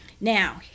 now